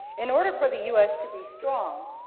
in order for the u s. to be strong,